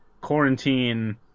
quarantine